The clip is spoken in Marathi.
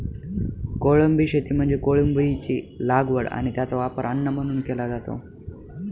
कोळंबी शेती म्हणजे कोळंबीची लागवड आणि त्याचा वापर अन्न म्हणून केला जातो